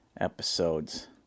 episodes